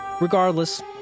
Regardless